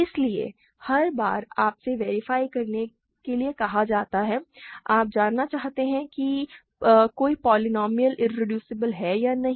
इसलिए हर बार आपसे वेरीफाई करने के लिए कहा जाता है या आप जानना चाहते हैं कि कोई पोलीनोमिअल इरेड्यूसेबल है या नहीं